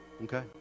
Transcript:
Okay